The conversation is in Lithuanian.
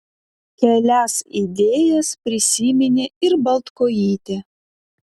kelias idėjas prisiminė ir baltkojytė